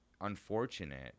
unfortunate